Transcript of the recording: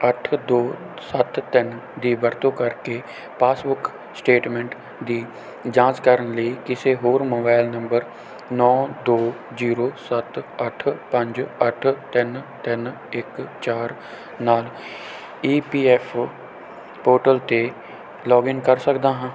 ਅੱਠ ਦੋ ਸੱਤ ਤਿੰਨ ਦੀ ਵਰਤੋਂ ਕਰਕੇ ਪਾਸਬੁੱਕ ਸਟੇਟਮੈਂਟ ਦੀ ਜਾਂਚ ਕਰਨ ਲਈ ਕਿਸੇ ਹੋਰ ਮੋਬਾਈਲ ਨੰਬਰ ਨੌ ਦੋ ਜ਼ੀਰੋ ਸੱਤ ਅੱਠ ਪੰਜ ਅੱਠ ਤਿੰਨ ਤਿੰਨ ਇੱਕ ਚਾਰ ਨਾਲ E P F O portal 'ਤੇ ਲੌਗਇਨ ਕਰ ਸਕਦਾ ਹਾਂ